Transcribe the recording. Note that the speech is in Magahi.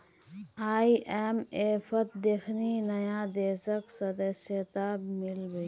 आईएमएफत देखनी नया देशक सदस्यता मिल बे